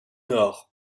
nord